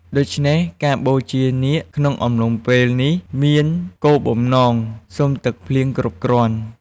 ដូច្នេះ ការបូជានាគក្នុងអំឡុងពេលនេះមានគោលបំណងសុំទឹកភ្លៀងគ្រប់គ្រាន់។